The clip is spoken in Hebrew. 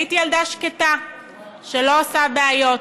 הייתי ילדה שקטה שלא עושה בעיות,